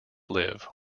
live